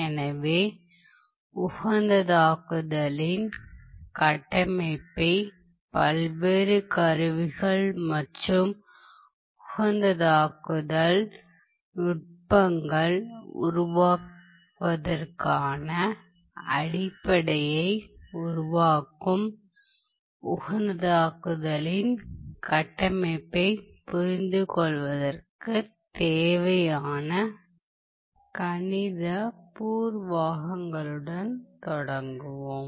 எனவே உகந்ததாக்குதலின் கட்டமைப்பை பல்வேறு கருவிகள் மற்றும் உகந்ததாக்குதல் நுட்பங்களை உருவாக்குவதற்கான அடிப்படையை உருவாக்கும் உகந்ததாக்குதலின் கட்டமைப்பைப் புரிந்துகொள்வதற்குத் தேவையான கணித பூர்வாங்கங்களுடன் தொடங்குவோம்